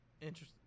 interesting